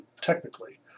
technically